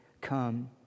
come